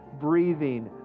breathing